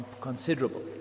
considerable